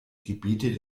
gebiete